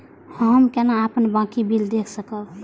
हम केना अपन बाँकी बिल देख सकब?